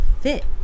fit